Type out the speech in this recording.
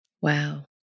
Wow